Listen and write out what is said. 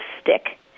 stick